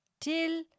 till